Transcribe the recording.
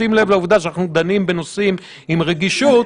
בשים לב שאנחנו דנים בנושאים עם רגישות,